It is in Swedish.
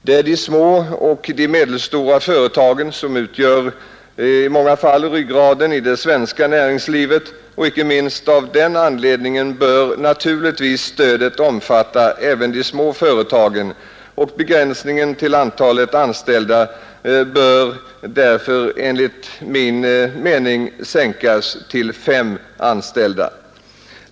Det är de små och medelstora företagen som i många fall utgör ryggraden i det svenska näringslivet, och icke minst av den anledningen bör naturligtvis stödet omfatta även de små företagen, och begränsningen till antalet anställda bör därför enligt min mening sänkas till fem anställda.